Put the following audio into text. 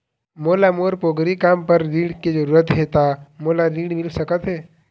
मोला मोर पोगरी काम बर ऋण के जरूरत हे ता मोला ऋण मिल सकत हे?